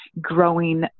growing